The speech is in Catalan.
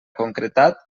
concretat